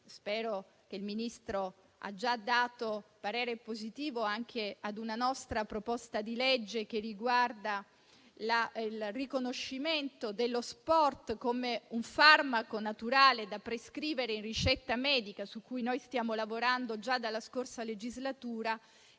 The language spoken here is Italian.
Spero che il Ministro abbia già espresso parere favorevole anche ad una nostra proposta di legge che riguarda il riconoscimento dello sport come farmaco naturale da prescrivere in ricetta medica, su cui stiamo lavorando già dalla scorsa legislatura: